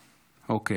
אוקיי.